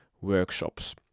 workshops